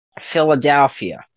Philadelphia